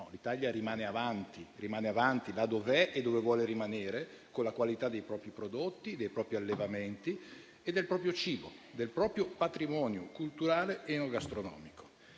No, l'Italia rimane avanti, dove è e dove vuole restare, con la qualità dei propri prodotti, dei propri allevamenti, del proprio cibo e del proprio patrimonio culturale ed enogastronomico.